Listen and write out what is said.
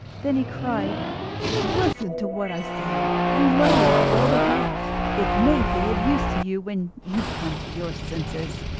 then he cried listen to what i say, and lay it well to heart, it may be of use to you when you come to your senses.